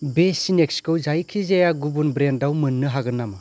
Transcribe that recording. बे स्नेक्सखौ जायखिजाया गुबुन ब्रैन्डाव मोननो हागोन नामा